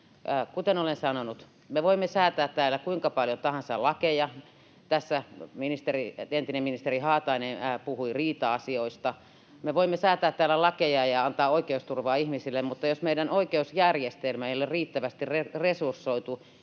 kuten olen sanonut, me voimme säätää täällä kuinka paljon lakeja tahansa — tässä entinen ministeri Haatainen puhui riita-asioista —, me voimme säätää täällä lakeja ja antaa oikeusturvaa ihmisille, mutta jos meidän oikeusjärjestelmä ei ole riittävästi resursoitu